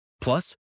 Plus